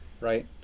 right